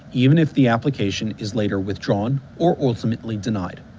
even if the application is later withdrawn or ultimately denied.